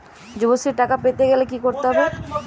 যুবশ্রীর টাকা পেতে গেলে কি করতে হবে?